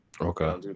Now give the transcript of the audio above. Okay